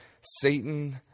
Satan